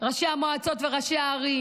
ראשי המועצות וראשי הערים,